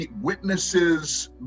witnesses